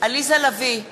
עליזה לביא,